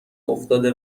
افتاده